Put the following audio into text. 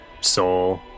soul